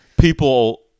people